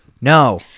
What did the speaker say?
no